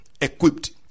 equipped